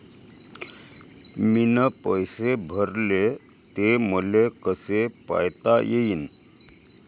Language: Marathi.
मीन पैसे भरले, ते मले कसे पायता येईन?